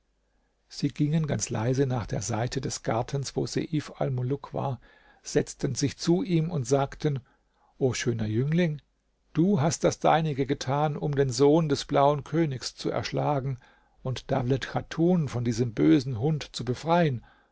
sie gingen ganz leise nach der seite des gartens wo seif almuluk war setzten sich zu ihm und sagten o schöner jüngling du hat das deinige getan um den sohn des blauen königs zu erschlagen und dawlet chatun von diesem bösen hund zu befreien